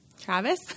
Travis